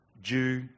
Jew